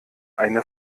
eine